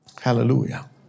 Hallelujah